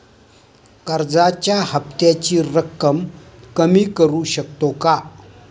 कर्जाच्या हफ्त्याची रक्कम कमी करू शकतो का?